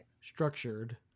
structured